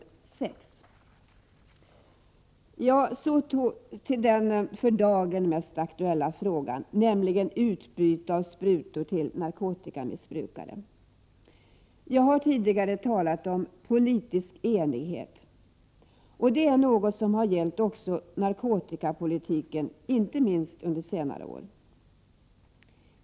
Så övergår jag till den för dagen mest aktuella frågan, nämligen utdelning av sprutor till narkotikamissbrukare. Jag har tidigare talat om politisk enighet, och det är något som har gällt också narkotikapolitiken, inte minst under senare år.